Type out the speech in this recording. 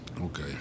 Okay